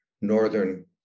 northern